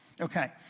Okay